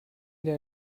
der